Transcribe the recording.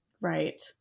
Right